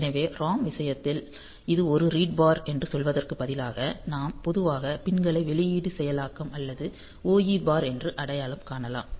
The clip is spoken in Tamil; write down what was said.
எனவே ROM விஷயத்தில் இது ஒரு ரீட் பார் என்று சொல்வதற்கு பதிலாக நாம் பொதுவாக பின்களை வெளியீடு செயலாக்கம் அல்லது OE பார் என்று அடையாளம் காணலாம்